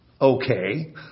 okay